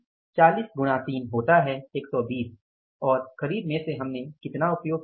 40 गुणा 3 होता है 120 और खरीद में से हमने कितना उपयोग किया है